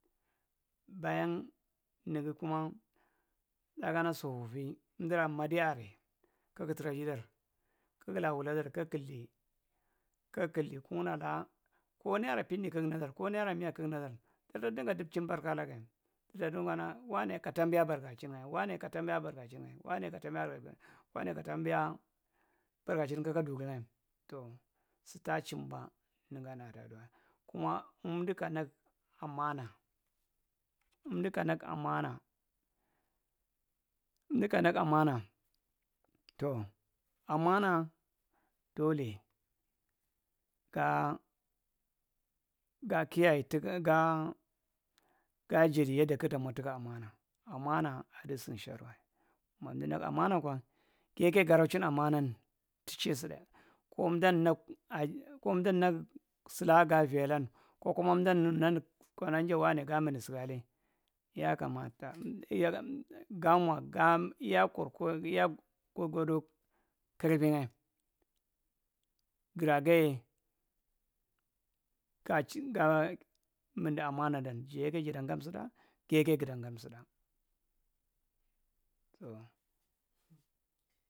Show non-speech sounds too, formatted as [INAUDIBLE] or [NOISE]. Baying nugi kuma nakana sofofi emdura madia aray kug tra’jidar kugla wuladar kug killi kigkilli kugna laa ko near pindi kug nadir ko naira miya kug nadir darta dinga dipchin barkalagae darta nukana wanai ka taambiya barka chin’ngae kaka duri’ngae. Ton su taa chimba nigan adaaduway. Kuma emdu kanag amaana tow amaanaa dole gaa gaa kiyaye tik gaa jadi yadda kugtamwa tuka amana amana adu sunsharwae magdu nak amana kwa giyeke garochin amanan tuche sutdae koemdan nak aji ko emdan nak sulaa gaviyalan kokuma emdan nak konaa inja gavial lan kokuma emdan nak kana wanay gamundi sugale yakamata [HESITATION] kartingae giraa ganye gaa chii ga mundi amanadan jayeke jada gamsuda, giye gudan’gam sutda tow.